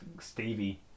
Stevie